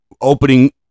opening